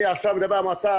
אני עכשיו מדבר על המועצה,